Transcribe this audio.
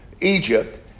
Egypt